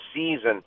season